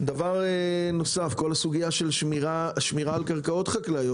כל הסוגיה של השמירה על קרקעות חקלאיות,